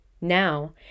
Now